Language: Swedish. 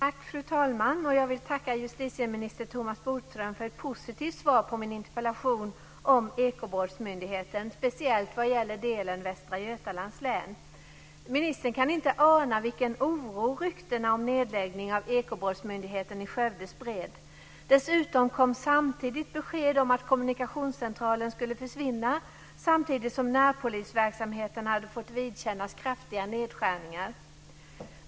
Fru talman! Jag vill tacka justitieminister Thomas Bodström för ett positivt svar på min interpellation om Ekobrottsmyndigheten, speciellt vad gäller delen Västra Götalands län. Ministern kan inte ana vilken oro ryktena om nedläggning av Ekobrottsmyndigheten i Skövde spred. Dessutom kom samtidigt besked om att kommunikationscentralen skulle försvinna samtidigt som närpolisverksamheten hade fått vidkännas kraftiga nedskärningar.